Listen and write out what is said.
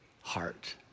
heart